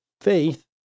faith